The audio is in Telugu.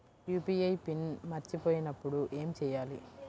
యూ.పీ.ఐ పిన్ మరచిపోయినప్పుడు ఏమి చేయాలి?